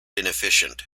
inefficient